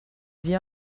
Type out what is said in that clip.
vit